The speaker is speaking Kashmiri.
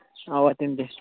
اَوا تِم تہِ چھِ